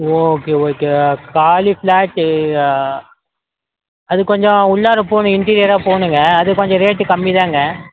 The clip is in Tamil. ஓகே ஓகே காலி ஃப்ளாட்டு அது கொஞ்சம் உள்ளார போகணும் இண்டீரியராக போகணுங்க அது கொஞ்சம் ரேட்டு கம்மி தாங்க